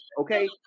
okay